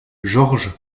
george